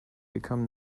become